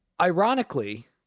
ironically